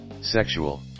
sexual